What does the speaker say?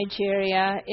Nigeria